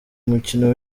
umukino